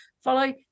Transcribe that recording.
Follow